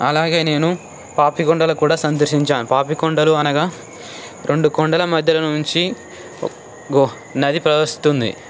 అలాగే నేను పాపికొండలు కూడా సందర్శించాను పాపికొండలు అనగా రెండు కొండల మధ్యలో నుంచి నది ప్రవహిస్తోంది